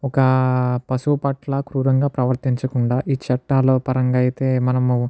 ఒక పశువు పట్ల క్రూరంగా ప్రవర్తించకుండా ఈ చట్టాలు పరంగా అయితే మనము